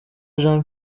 jean